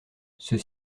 ceux